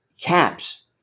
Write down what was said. Caps